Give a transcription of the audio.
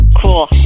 Cool